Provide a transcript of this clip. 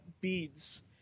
beads